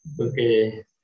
Okay